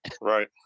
Right